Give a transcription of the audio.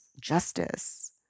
justice